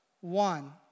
one